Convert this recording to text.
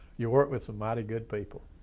you worked with some mighty good people,